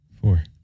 four